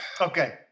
Okay